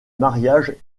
mariage